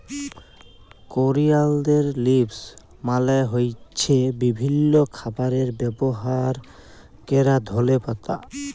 করিয়ালদের লিভস মালে হ্য়চ্ছে বিভিল্য খাবারে ব্যবহার ক্যরা ধলে পাতা